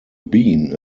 bean